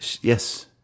Yes